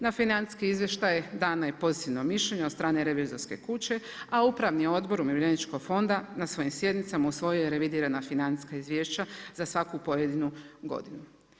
Na financijsko izvješće dano je pozitivno mišljenje od strane revizorske kuće, a Upravni odbor Umirovljeničkog fonda na svojim sjednicama usvojio je revidirana financijska izvješća za svaku pojedinu godinu.